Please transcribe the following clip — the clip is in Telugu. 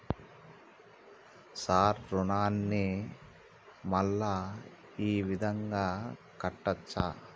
సార్ రుణాన్ని మళ్ళా ఈ విధంగా కట్టచ్చా?